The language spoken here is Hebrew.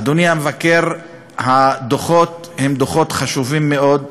אדוני המבקר, הדוחות הם דוחות חשובים מאוד.